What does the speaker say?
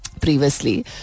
previously